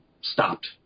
stopped